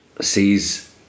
sees